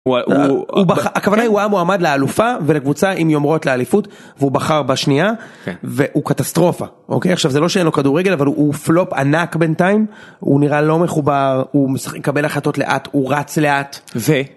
הוא בחר... הכוונה היא הוא היה מועמד לאלופה ולקבוצה עם יומרות לאליפות, והוא בחר בשנייה, והוא קטסטרופה, אוקיי, עכשיו, זה לא שאין לו כדורגל, אבל הוא פלופ ענק בינתיים, הוא נראה לא מחובר הוא מקבל החלטות לאט, הוא רץ לאט.